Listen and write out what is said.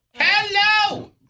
Hello